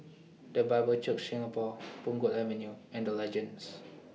The Bible Church Singapore Punggol Avenue and The Legends